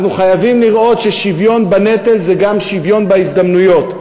אנחנו חייבים לראות ששוויון בנטל זה גם שוויון בהזדמנויות,